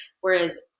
Whereas